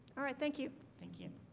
all right. thank you. thank you